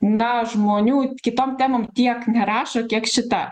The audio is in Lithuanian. na žmonių kitom temom tiek nerašo kiek šita